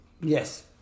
Yes